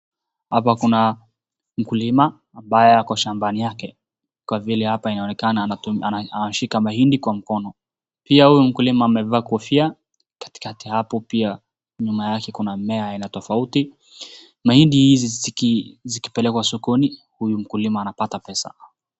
Hapa kuna mkulima ambaye ako shambani yake kwa vile hapa inaonekana anashika mahindi kwa mkono. Pia huyu mkulima amevaa kofia. Katikati hapo pia nyuma yake kuna mmea aina tofauti. Mahindi hizi zikipelekwa sokoni huyu mkulima anapata pesa.